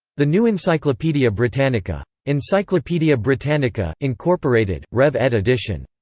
the new encyclopaedia britannica. encyclopaedia britannica, incorporated rev ed edition.